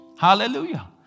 Hallelujah